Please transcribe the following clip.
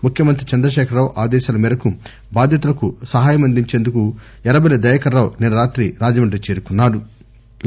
ముఖ్యమంత్రి చంద్రశేఖర్ రావు ఆదేశాల మేరకు బాధితులకు సహాయమందించేందుకు ఎర్రబెల్లి దయాకర్ రావు నిన్సరాత్రి రాజమండ్రి చేరుకున్నా రు